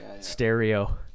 Stereo